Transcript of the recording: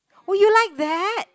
oh you like that